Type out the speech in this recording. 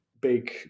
big